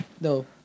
No